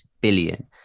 billion